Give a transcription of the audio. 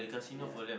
ya